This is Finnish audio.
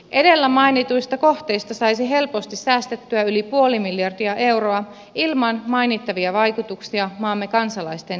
edellä mainituista kohteista saisi helposti säästettyä yli puoli miljardia euroa ilman mainittavia vaikutuksia maamme kansalaisten hyvinvointiin